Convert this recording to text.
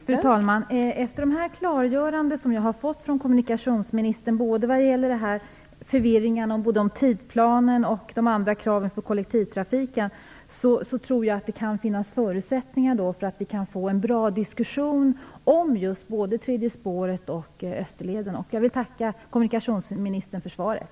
Fru talman! Efter de klargöranden som jag har fått från kommunikationsministern - både när det gäller förvirringen beträffande tidsplanen och de andra kraven för kollektivtrafiken - tror jag att det kan finnas förutsättningar för att vi skall kunna få en bra diskussion om tredje spåret och Österleden. Jag vill tacka kommunikationsministern för svaret.